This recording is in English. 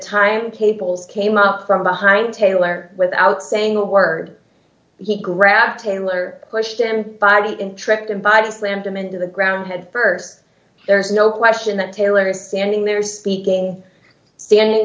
time cable's came up from behind taylor without saying a word he grabbed taylor pushed him by and tripped invited slammed him into the ground head st there's no question that taylor standing there speaking standing